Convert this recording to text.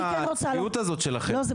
די עם הצביעות הזאת שלכם.